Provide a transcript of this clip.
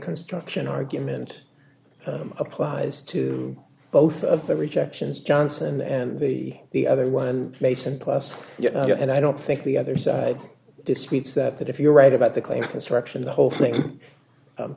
construction argument applies to both of the rejections johnson and the the other one place and plus and i don't think the others disputes that that if you're right about the claim construction the whole thing